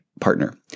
partner